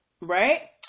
right